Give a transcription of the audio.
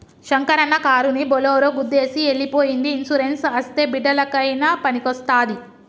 శంకరన్న కారుని బోలోరో గుద్దేసి ఎల్లి పోయ్యింది ఇన్సూరెన్స్ అస్తే బిడ్డలకయినా పనికొస్తాది